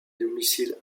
domicile